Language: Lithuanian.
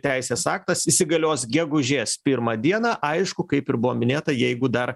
teisės aktas įsigalios gegužės pirmą dieną aišku kaip ir buvo minėta jeigu dar